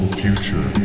future